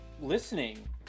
listening